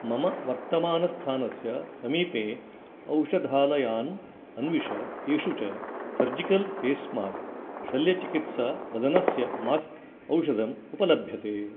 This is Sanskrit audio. मम वर्तमानस्थानस्य समीपे औषधालयान् अन्विष येषु च सर्जिकल् फेस् मास्क् शल्यचिकित्सावदनस्य मास्क् औषधम् उपलभ्यते